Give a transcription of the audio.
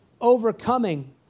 overcoming